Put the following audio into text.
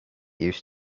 used